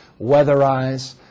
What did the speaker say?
Weatherize